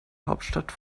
hauptstadt